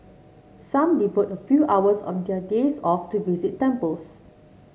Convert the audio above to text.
some devote a few hours of their days off to visit temples